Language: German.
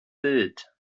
bild